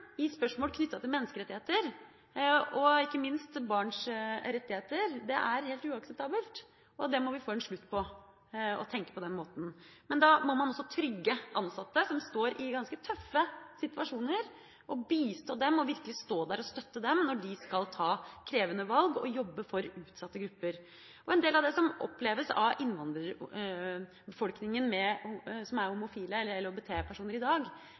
i spørsmål knyttet til menneskerettigheter og ikke minst til barns rettigheter er helt uakseptabelt, og vi må få en slutt på å tenke på den måten. Men da må man også trygge ansatte som står i ganske tøffe situasjoner, bistå dem og virkelig stå der og støtte dem når de skal ta krevende valg og jobbe for utsatte grupper. En del av det som oppleves av innvandrerbefolkningen som er homofile eller LHBT-personer i dag,